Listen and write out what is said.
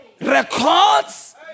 records